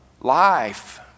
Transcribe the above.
life